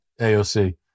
AOC